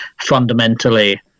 fundamentally